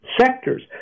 sectors